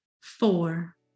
Four